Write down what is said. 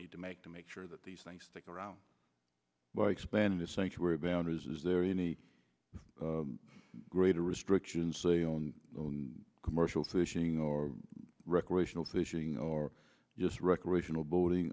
need to make to make sure that these things stick around expanding the sanctuary boundaries is there any greater restrictions say on commercial fishing or recreational fishing or just recreational boating